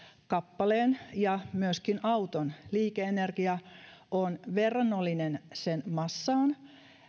kappaleen ja myöskin auton liike energia on verrannollinen sen massaan